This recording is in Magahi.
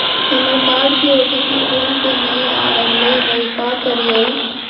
हमर कार्ड के ओ.टी.पी फोन पे नई आ रहलई हई, का करयई?